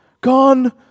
gone